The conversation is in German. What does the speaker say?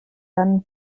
dann